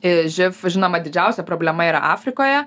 živ žinoma didžiausia problema yra afrikoje